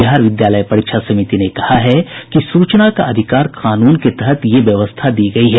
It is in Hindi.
बिहार विद्यालय परीक्षा समिति ने कहा है कि सूचना का अधिकार कानून के तहत यह व्यवस्था दी गयी है